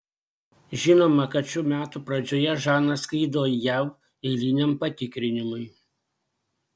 žinoma kad šių metų pradžioje žana skrido į jav eiliniam patikrinimui